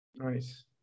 Nice